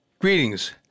greetings